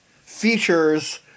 features